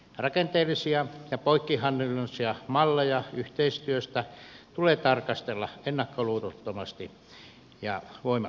rakenteellisia ja poikkihallinnollisia malleja yhteistyöstä tulee tarkastella ennakkoluulottomasti ja voimakkaasti